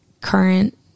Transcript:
current